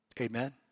Amen